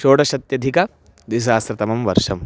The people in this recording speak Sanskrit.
षोडशत्यधिकद्विसहस्रतमं वर्षम्